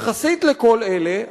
יחסית לכל אלה,